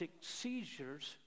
seizures